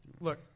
Look